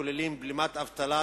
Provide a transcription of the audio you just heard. הכוללים בלימת אבטלה,